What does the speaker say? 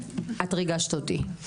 את ריגשת אותי,